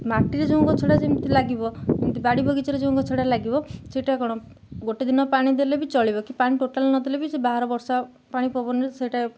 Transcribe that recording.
ମାଟିରେ ଯେଉଁ ଗଛଟା ଯେମିତି ଲାଗିବ ଯେମିତି ବାଡ଼ି ବଗିଚାରେ ଯେଉଁ ଗଛଟା ଲାଗିବ ସେଇଟା କ'ଣ ଗୋଟେ ଦିନ ପାଣି ଦେଲେ ବି ଚଳେଇିବ କି ପାଣି ଟୋଟାଲ ନଦେଲେ ବି ସେ ବାହାର ବର୍ଷା ପାଣି ପବନ ସେଇଟା